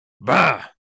Bah